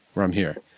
while i'm here.